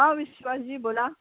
हां विश्वासजी बोला